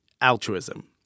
altruism